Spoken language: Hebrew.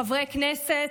חברי כנסת,